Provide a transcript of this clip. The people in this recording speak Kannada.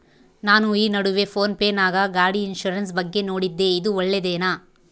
ನಾನು ಈ ನಡುವೆ ಫೋನ್ ಪೇ ನಾಗ ಗಾಡಿ ಇನ್ಸುರೆನ್ಸ್ ಬಗ್ಗೆ ನೋಡಿದ್ದೇ ಇದು ಒಳ್ಳೇದೇನಾ?